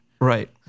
Right